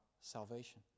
salvation